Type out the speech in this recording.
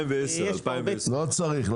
2010. בסדר.